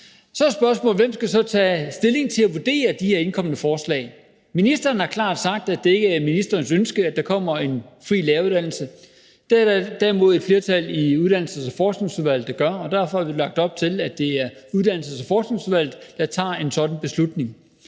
Så er spørgsmålet, hvem der så skal tage stilling til at vurdere de her indkomne forslag. Ministeren har klart sagt, at det ikke er ministerens ønske, at der kommer en fri læreruddannelse. Det er der derimod et flertal i Uddannelses- og Forskningsudvalget der gør, og derfor har vi lagt op til, at det er Uddannelses- og Forskningsudvalget, der tager en sådan beslutning.